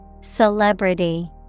Celebrity